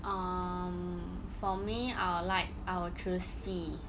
um for me I would like I would choose fie